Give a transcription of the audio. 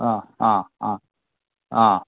ആ ആ ആ ആ